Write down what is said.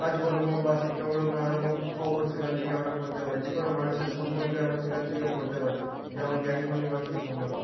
কাজকর্ম বা শিক্ষামূলক নানা রকম খবর সেখান থেকে আমরা পড়তে পারি যে কোনো মানুষের সম্বন্ধে আমরা সেখান থেকে পড়তে পারি যেমন জ্ঞানীগুণী মানুষের সম্বন্ধে